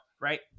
Right